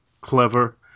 clever